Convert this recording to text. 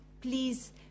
Please